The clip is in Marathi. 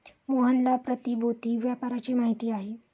मोहनला प्रतिभूति व्यापाराची माहिती आहे